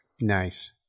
Nice